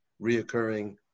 reoccurring